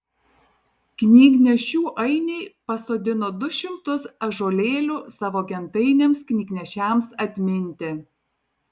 knygnešių ainiai pasodino du šimtus ąžuolėlių savo gentainiams knygnešiams atminti